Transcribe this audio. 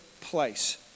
place